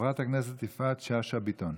חברת הכנסת יפעת שאשא ביטון.